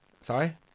Sorry